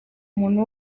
umuntu